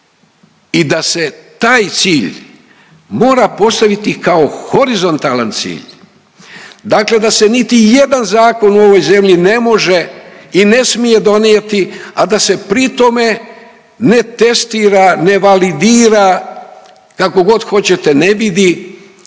i da se taj cilj mora postaviti kao horizontalan cilj, dakle da se niti jedan zakon u ovoj zemlji ne može i ne smije donijeti a da se pritome ne testira, ne validira kako god hoćete ne vidi